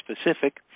specific